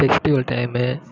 festival time